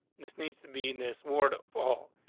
this needs to be in this ward fall.